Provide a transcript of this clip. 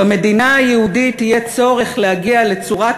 במדינה היהודית יהיה צורך להגיע לצורת